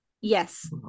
Yes